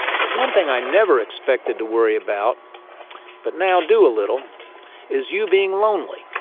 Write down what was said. but one thing i never expected to worry about but now do a little is you being lonely.